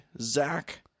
Zach